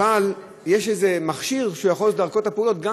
אבל היה איזה מכשיר שאפשר לעשות את הפעולות דרכו,